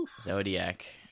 Zodiac